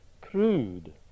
crude